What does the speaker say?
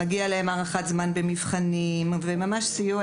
אפשרות להארכת זמן במבחנים ועוד.